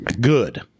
Good